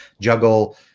juggle